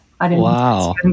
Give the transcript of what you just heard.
Wow